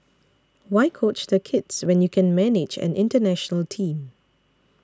why coach the kids when you can manage an international Team